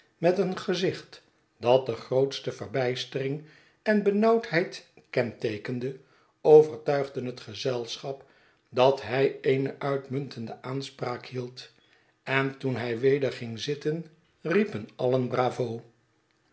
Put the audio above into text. met een gezicht dat de grootste verbijstering en benauwdheidkenteekende overtuigden het gezelschap dat hij eene uitmuntende aanspraak hield en toen hij weder ging zitten riepen alien bravo